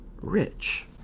rich